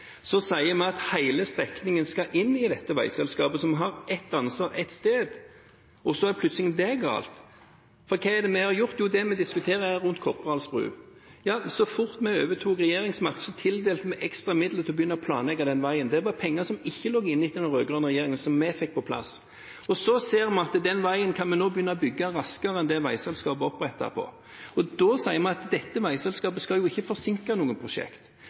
Så sier vi at hele strekningen skal inn i dette veiselskapet, sånn at vi har ett ansvar ett sted, og så er plutselig det galt. Hva er det vi har gjort? Jo, det vi diskuterer, er Korporals bru. Så fort vi overtok regjeringsmakt, tildelte vi ekstra midler til å begynne å planlegge den veien. Det var penger som ikke lå inne etter den rød-grønne regjeringen, som vi fikk på plass. Så ser vi at den veien kan vi nå begynne å bygge raskere enn det veiselskapet er opprettet til. Vi sier at dette veiselskapet skal ikke forsinke noen